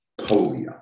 polio